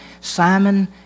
Simon